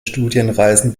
studienreisen